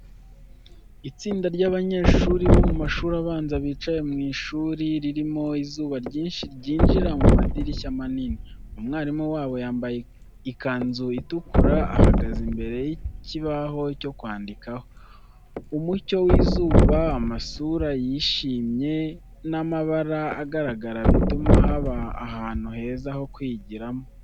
Itsinda ry’abanyeshuri bo mu mashuri abanza bicaye mu ishuri ririmo izuba ryinshi ryinjira mu madirishya manini. Umwarimu wabo yambaye ikanzu itukura ahagaze imbere y'ikibaho cyo kwandikaho. Umucyo w’izuba, amasura yishimye n’amabara agaragara bituma haba ahantu heza ho kwigiramo.